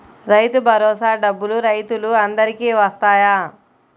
రైతు భరోసా డబ్బులు రైతులు అందరికి వస్తాయా?